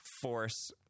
force